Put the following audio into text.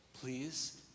Please